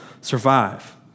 survive